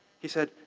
he said,